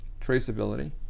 traceability